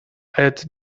add